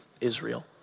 Israel